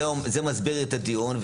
זה מסביר את הדיון,